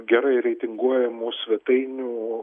gerai reitinguojamų svetainių